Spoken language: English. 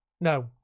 No